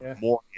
more